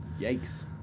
Yikes